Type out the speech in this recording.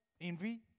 envy